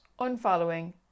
unfollowing